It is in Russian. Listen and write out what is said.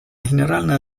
генеральная